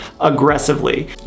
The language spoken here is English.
aggressively